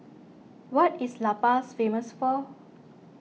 what is La Paz famous for